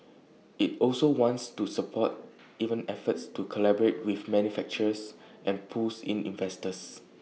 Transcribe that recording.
IT also wants to support even efforts to collaborate with manufacturers and pulls in investors